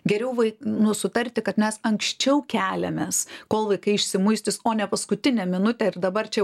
geriau vaikui nu sutarti kad mes anksčiau keliamės kol vaikai išsimuistys o ne paskutinę minutę ir dabar čia